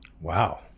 wow